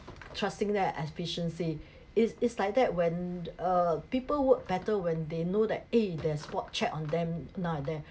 trusting that efficiency is is like that when uh people work better when they know eh there is spot check on them now and then